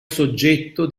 soggetto